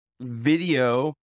video